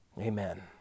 Amen